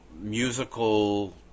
musical